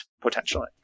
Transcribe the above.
potentially